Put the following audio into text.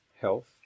health